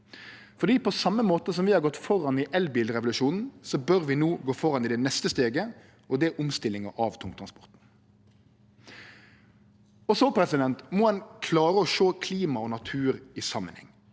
På same måten som vi har gått føre i elbilrevolusjonen, bør vi no gå føre i det neste steget, og det er omstillinga av tungtransporten. Ein må òg klare å sjå klima og natur i samanheng.